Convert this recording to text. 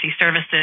services